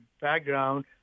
background